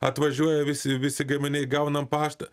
atvažiuoja visi visi gaminiai gaunam paštą